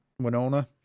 Winona